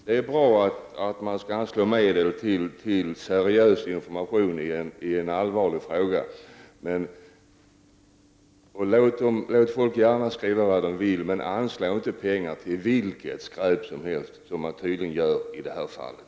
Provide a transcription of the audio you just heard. Det är bra att man skall anslå medel till seriös information i en allvarlig fråga. Låt gärna folk skriva vad de vill men anslå inte pengar till vilket skräp som helst, något som man tydligen har gjort i det här fallet.